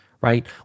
right